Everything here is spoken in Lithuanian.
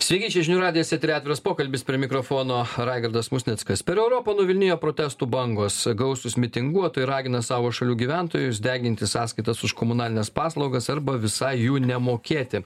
sveiki čia žinių radijas eteryje atviras pokalbis prie mikrofono raigardas musnickas per europą nuvilnijo protestų bangos gausūs mitinguotojai ragina savo šalių gyventojus deginti sąskaitas už komunalines paslaugas arba visai jų nemokėti